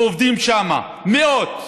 עובדים שם מאות.